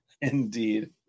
indeed